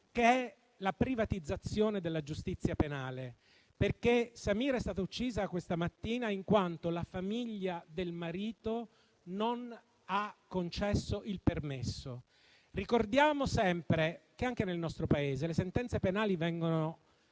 che è la privatizzazione della giustizia penale, perché Samira è stata uccisa questa mattina in quanto la famiglia del marito non ha concesso il perdono. Ricordiamo sempre che anche nel nostro Paese le sentenze penali vengono